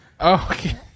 okay